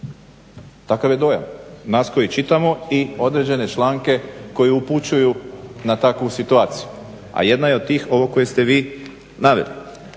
takav je dojam nas koji čitamo i određene članke koji upućuju na takvu situaciju, a jedna je od tih ovo koje ste vi naveli,